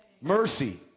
Mercy